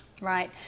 Right